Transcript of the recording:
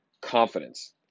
confidence